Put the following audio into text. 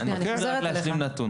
אני רוצה רק להוסיף נתון.